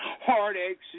heartaches